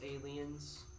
aliens